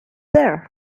there